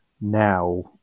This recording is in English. now